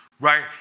Right